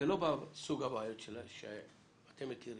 זה לא בסוג הבעיות שאתם מכירים,